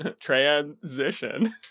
Transition